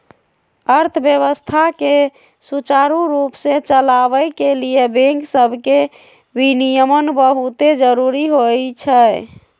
अर्थव्यवस्था के सुचारू रूप से चलाबे के लिए बैंक सभके विनियमन बहुते जरूरी होइ छइ